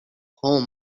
whole